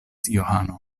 johano